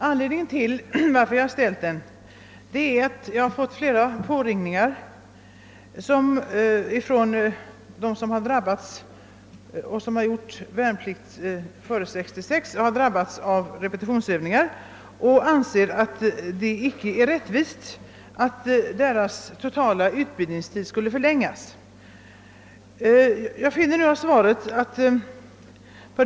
Anledningen till att jag ställt frågan är att jag fått flera påringningar från personer som gjort sin värnplikt före 1966 och anser att det icke är rättvist att deras totala utbildningstid förlängs genom det sätt på vilket repetitionsövningarna är upplagda.